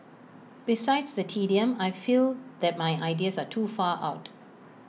besides the tedium I feel that my ideas are too far out